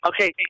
Okay